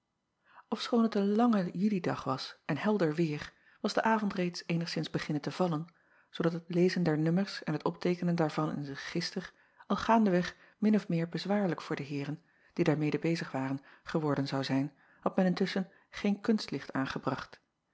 fschoon het een lange ulidag was en helder weêr was de avond reeds eenigszins beginnen te vallen zoodat het lezen der nummers en het opteekenen daarvan in het register al gaandeweg min of meer bezwaarlijk voor de eeren die daarmede bezig waren geworden zou zijn had men intusschen geen kunstlicht aangebracht